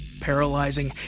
Paralyzing